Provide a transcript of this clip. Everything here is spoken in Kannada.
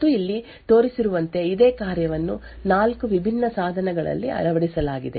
ಮತ್ತು ಇಲ್ಲಿ ತೋರಿಸಿರುವಂತೆ ಇದೇ ಕಾರ್ಯವನ್ನು 4 ವಿಭಿನ್ನ ಸಾಧನಗಳಲ್ಲಿ ಅಳವಡಿಸಲಾಗಿದೆ